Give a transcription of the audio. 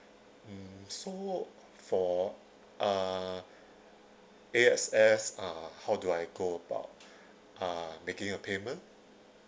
mm so for uh A_X_S uh how do I go about uh making a payment